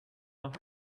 off